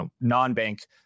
non-bank